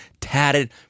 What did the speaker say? tatted